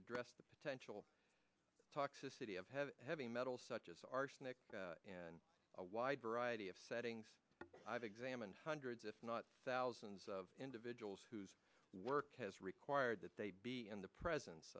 address the potential toxicity of heavy heavy metal such as arsenic and a wide variety of settings i've examined hundreds if not thousands of individuals whose work has required that they be in the presence